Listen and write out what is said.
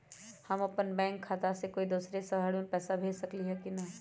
हम अपन बैंक खाता से कोई दोसर शहर में पैसा भेज सकली ह की न?